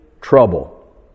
trouble